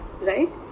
right